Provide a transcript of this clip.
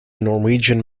norwegian